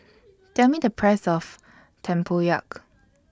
Tell Me The Price of Tempoyak